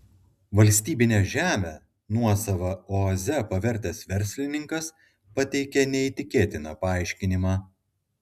valstybinę žemę nuosava oaze pavertęs verslininkas pateikė neįtikėtiną paaiškinimą